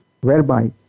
whereby